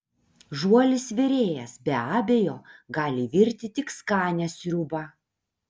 žuolis virėjas be abejo gali virti tik skanią sriubą